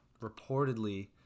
reportedly